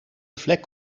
vlek